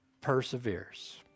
perseveres